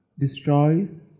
destroys